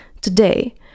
today